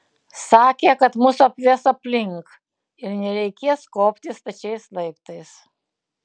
sakė kad mus apves aplink ir nereikės kopti stačiais laiptais